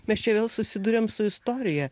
mes čia vėl susiduriam su istorija